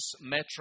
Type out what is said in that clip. metro